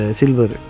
silver